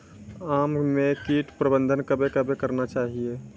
आम मे कीट प्रबंधन कबे कबे करना चाहिए?